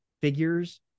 figures